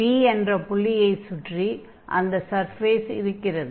P என்ற புள்ளியைச் சுற்றி அந்த சர்ஃபேஸ் இருக்கிறது